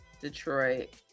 Detroit